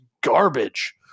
garbage